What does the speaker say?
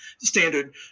standard